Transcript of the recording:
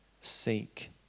seek